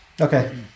Okay